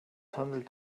handelt